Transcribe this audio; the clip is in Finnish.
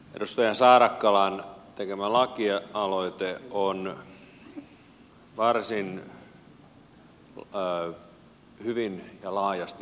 edustaja saarakkalan tekemä lakialoite on varsin hyvin ja laajasti perusteltu